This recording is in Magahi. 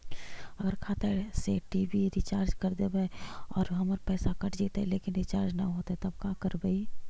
अगर खाता से टी.वी रिचार्ज कर देबै और हमर पैसा कट जितै लेकिन रिचार्ज न होतै तब का करबइ?